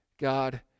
God